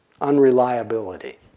unreliability